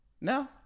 No